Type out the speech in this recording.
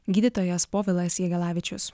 gydytojas povilas jagelavičius